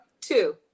Two